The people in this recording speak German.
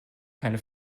keine